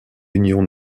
union